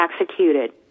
executed